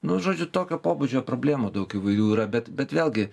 nu žodžiu tokio pobūdžio problemų daug įvairių yra bet bet vėlgi